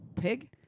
pig